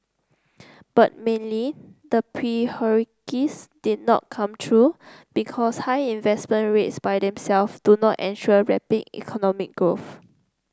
but mainly the prophecies did not come true because high investment rates by themselves do not ensure rapid economic growth